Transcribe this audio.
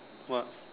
what